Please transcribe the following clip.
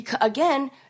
again